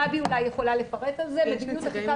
גבי פיסמן אולי יכולה לפרט על זה יש מדיניות חקיקה